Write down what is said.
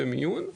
במיון,